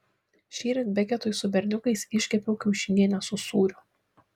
šįryt beketui su berniukais iškepiau kiaušinienę su sūriu